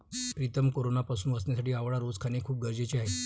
प्रीतम कोरोनापासून वाचण्यासाठी आवळा रोज खाणे खूप गरजेचे आहे